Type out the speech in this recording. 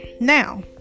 Now